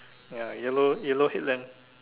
ya yellow yellow headlamp